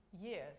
years